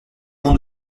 pans